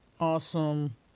awesome